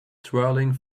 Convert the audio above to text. twirling